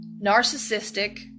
narcissistic